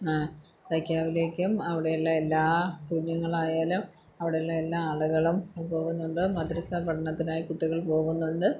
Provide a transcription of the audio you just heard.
തയ്ക്കാവിലേക്കും അവിടെ ഉള്ള എല്ലാ കുഞ്ഞ്ങ്ങളായാലും അവിടെ ഉള്ള എല്ലാ ആളുകളും പോകുന്നുണ്ട് മദ്രസ പഠനത്തിനായി കുട്ടികൾ പോകുന്നുണ്ട്